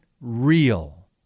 real